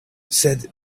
sed